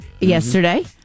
Yesterday